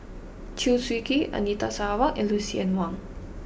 Chew Swee Kee Anita Sarawak and Lucien Wang